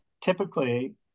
Typically